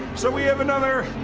so we have another,